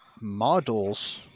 models